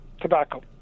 tobacco